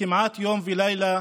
כמעט יום ולילה